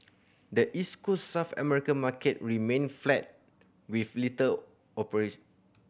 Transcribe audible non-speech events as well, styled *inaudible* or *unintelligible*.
the East Coast South American market remained flat with little *unintelligible*